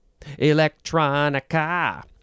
electronica